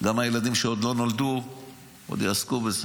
גם הילדים שעוד לא נולדו עוד יעסקו בזה,